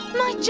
my